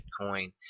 Bitcoin